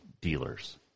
dealers